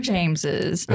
James's